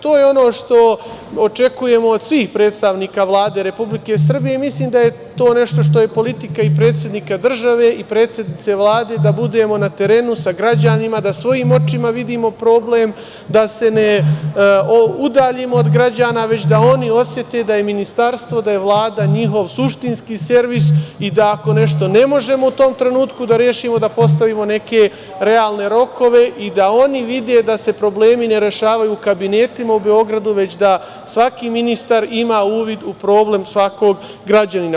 To je ono što očekujemo od svih predstavnika Vlade Republike Srbije i mislim da je to nešto što je politika i predsednika države i predsednice Vlade, da budemo na terenu sa građanima, da svojim očima vidimo problem, da se ne udaljimo od građana, već da oni osete da je ministarstvo, da je Vlada njihov suštinski servis i da ako nešto ne možemo u tom trenutku da rešimo, da postavimo neke realne rokove i da oni vide da se problemi ne rešavaju u kabinetima u Beogradu, već da svaki ministar ima uvid u problem svakog građanina.